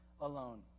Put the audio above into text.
alone